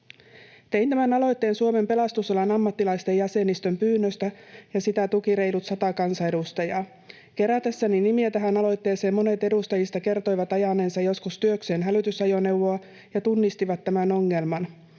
Tein tämän aloitteen Suomen pelastusalan ammattilaisten jäsenistön pyynnöstä, ja sitä tuki reilut sata kansanedustajaa. Kerätessäni nimiä tähän aloitteeseen monet edustajista kertoivat ajaneensa joskus työkseen hälytysajoneuvoa ja tunnistivat tämän ongelman,